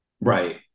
Right